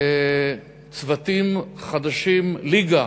צוותים חדשים, ליגה